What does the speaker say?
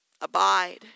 Abide